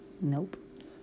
Nope